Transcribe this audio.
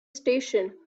station